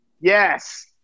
Yes